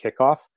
kickoff